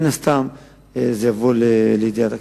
מן הסתם זה יבוא לידיעת הכנסת.